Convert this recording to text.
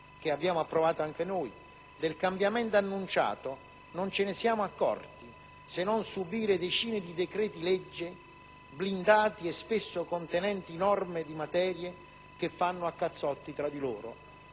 che abbiamo approvato anche noi. Del cambiamento annunciato non ce ne siamo accorti, se non subendo decine di decreti-legge blindati e spesso contenenti norme appartenenti a materie che fanno a cazzotti tra loro.